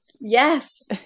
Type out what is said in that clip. Yes